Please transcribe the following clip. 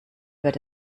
wird